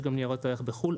יש גם ניירות ערך בחו"ל,